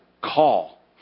call